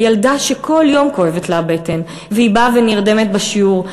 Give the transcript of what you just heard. הילדה שכל יום כואבת לה הבטן והיא באה ונרדמת בשיעור,